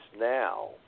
now